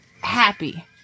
happy